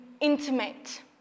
intimate